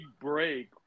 break